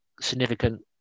significant